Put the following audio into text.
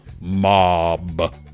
mob